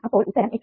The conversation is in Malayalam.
അപ്പോൾ ഉത്തരം 8